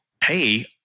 pay